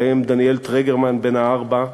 בהם דניאל טרגרמן בן הארבע,